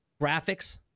graphics